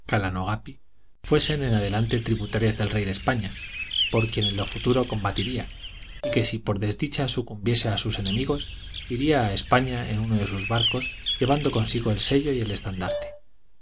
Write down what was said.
sobrino calanogapi fuesen en adelante tributarias del rey de españa por quien en lo futuro combatirla y que si por desdicha sucumbiese a sus enemigos iría a españa en uno de sus barcos llevando consigno el sello y el